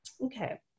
Okay